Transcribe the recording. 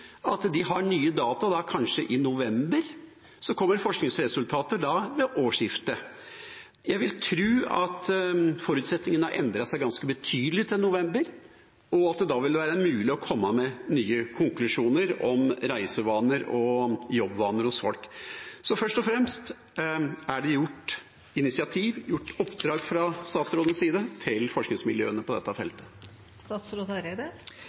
årsskiftet. Jeg vil tro at forutsetningen har endret seg ganske betydelig til november, og at det da vil være mulig å komme med nye konklusjoner om reisevaner og jobbvaner hos folk. Først og fremst: Er det tatt initiativ og gitt oppdrag fra statsrådens side til forskningsmiljøene på dette